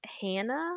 Hannah